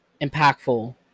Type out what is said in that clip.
impactful